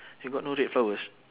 you got no red flowers